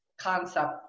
concept